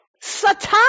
Satan